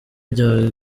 rya